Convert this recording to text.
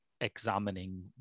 examining